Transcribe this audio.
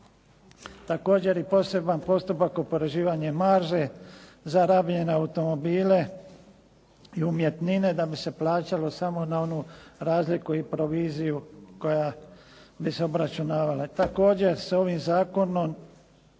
Također i poseban postupak je oporezivanje marže za rabljene automobile i umjetnine da bi se plaćalo samo na onu razliku i proviziju koja bi se obračunavala. Također se ovim zakonom